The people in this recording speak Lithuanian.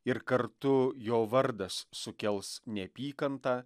ir kartu jo vardas sukels neapykantą